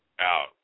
out